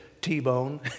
T-Bone